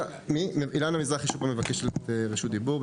אילנה מזרחי שוב פעם מבקשת את רשות הדיבור.